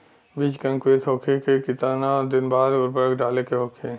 बिज के अंकुरित होखेला के कितना दिन बाद उर्वरक डाले के होखि?